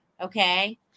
Okay